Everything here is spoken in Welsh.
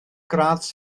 gradd